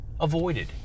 avoided